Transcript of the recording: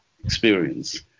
experience